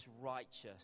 righteous